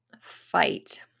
fight